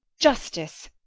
justice,